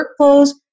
workflows